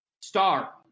star